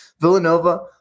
Villanova